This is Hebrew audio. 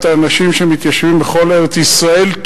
את האנשים שמתיישבים בכל ארץ-ישראל,